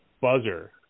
buzzer